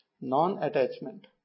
Non-attachment